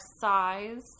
size